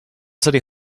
city